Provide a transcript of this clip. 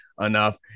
enough